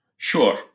Sure